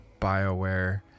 Bioware